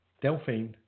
Delphine